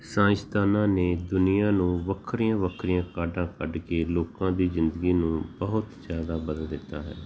ਸਾਇੰਸਦਾਨਾਂ ਨੇ ਦੁਨੀਆਂ ਨੂੰ ਵੱਖਰੀਆਂ ਵੱਖਰੀਆਂ ਕਾਢਾਂ ਕੱਢਕੇ ਲੋਕਾਂ ਦੀ ਜ਼ਿੰਦਗੀ ਨੂੰ ਬਹੁਤ ਜ਼ਿਆਦਾ ਬਦਲ ਦਿੱਤਾ ਹੈ